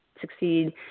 succeed